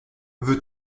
veux